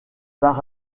par